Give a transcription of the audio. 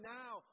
now